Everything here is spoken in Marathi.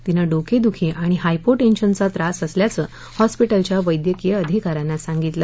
तिनं डोकेदुखी आणि हायपोटेंशनचा त्रास असल्याचं हॉस्पीटलच्या वैद्यकीय अधिकाऱ्यांनी सांगितलं